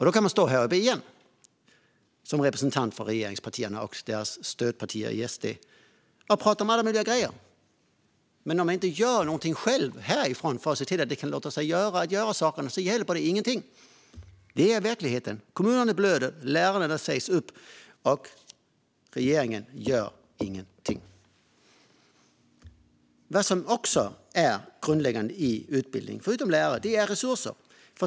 Då kan man återigen stå här i talarstolen som representant för regeringspartierna eller deras stödparti SD och prata om alla möjliga saker, men om man inte gör någonting själv, härifrån, för att se till att dessa saker låter sig göras hjälper det ingenting. Det är verkligheten. Kommunerna blöder, lärarna sägs upp och regeringen gör ingenting. Något som också är grundläggande i utbildningen förutom lärare är resurser.